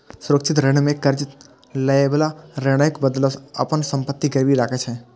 सुरक्षित ऋण मे कर्ज लएबला ऋणक बदला अपन संपत्ति गिरवी राखै छै